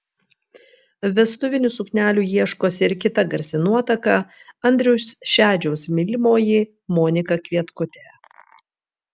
vestuvinių suknelių ieškosi ir kita garsi nuotaka andriaus šedžiaus mylimoji monika kvietkutė